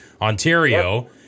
Ontario